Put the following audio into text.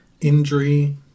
Injury